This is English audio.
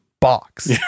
box